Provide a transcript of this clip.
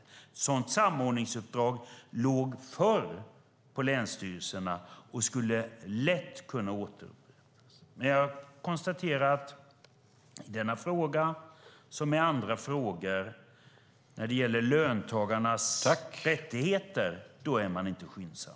Ett sådant samordningsuppdrag låg förr på länsstyrelserna och skulle lätt kunna återupptas. Jag konstaterar att beträffande denna fråga liksom andra frågor som gäller löntagarnas rättigheter är man inte skyndsam.